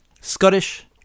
Scottish